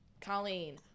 Colleen